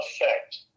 effect